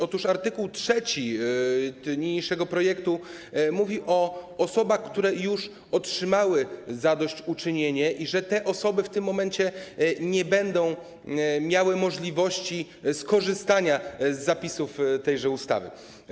Otóż art. 3 niniejszego projektu mówi o osobach, które już otrzymały zadośćuczynienie - te osoby w tym momencie nie będą miały możliwości skorzystania z zapisów tejże ustawy.